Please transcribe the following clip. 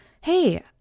hey